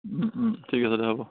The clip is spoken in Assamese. ঠিক আছে দে হ'ব